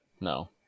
no